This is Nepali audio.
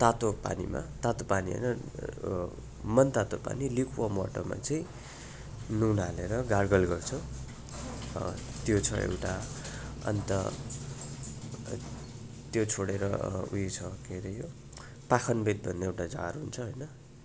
तातो पानीमा तातो पानी होइन मन तातो पानी ल्युक वर्म वाटरमा चाहिँ नुन हालेर गार्गल गर्छौँ त्यो छ एउटा अन्त त्यो छोडेर उयो छ के रे यो पाखनबेत भन्ने एउटा झार हुन्छ होइन